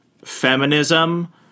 Feminism